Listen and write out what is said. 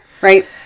right